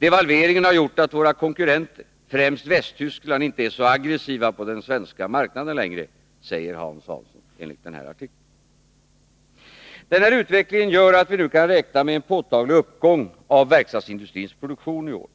Devalveringen har gjort att våra konkurrenter, främst Västtyskland, inte är så aggressiva på den svenska marknaden längre, säger Hans Hansson.” Den här utvecklingen gör att vi nu kan räkna med en påtaglig uppgång av verkstadsindustrins produktion i år.